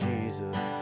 Jesus